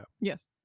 Yes